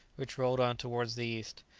which rolled on towards the east.